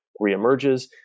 reemerges